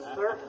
Sir